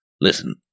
Listen